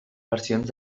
versions